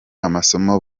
amasomo